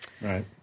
Right